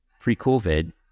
Pre-COVID